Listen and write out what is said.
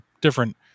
different